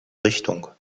richtung